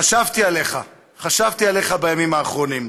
חשבתי עליך, חשבתי עליך בימים האחרונים.